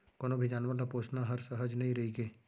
कोनों भी जानवर ल पोसना हर सहज नइ रइगे